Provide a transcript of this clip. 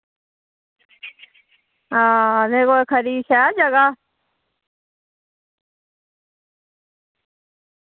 आं ते खरी कोई शैल जगह